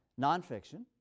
nonfiction